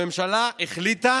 הממשלה החליטה